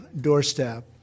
doorstep